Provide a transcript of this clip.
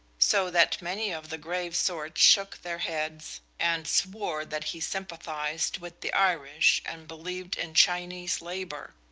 so that many of the grave sort shook their heads and swore that he sympathized with the irish and believed in chinese labor.